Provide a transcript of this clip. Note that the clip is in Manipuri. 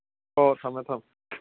ꯑꯣ ꯊꯝꯃꯦ ꯊꯝꯃꯦ